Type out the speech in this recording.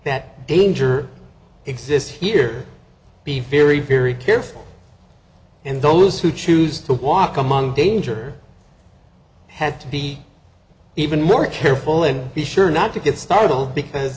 that danger exists here be very very careful and those who choose to walk among danger have to be even more careful and be sure not to get startled because